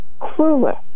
clueless